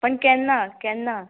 पूण केन्ना केन्ना